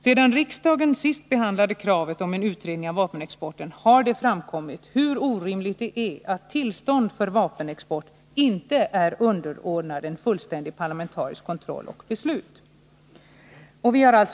Sedan riksdagen senast behandlade kravet på en utredning av vapenexporten har det framkommit hur orimligt det är att tillstånd för vapenexport inte är underordnat en fullständig parlamentarisk kontroll och parlamentariskt beslut.